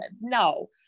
No